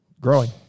growing